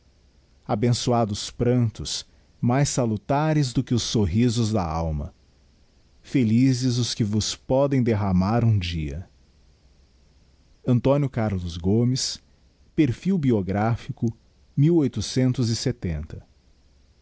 abençoados prantos mais salutares do que os sorrisos da alma felizes os que vos podem derramar um dia a carlos oomes perfil biograplico